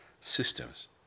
systems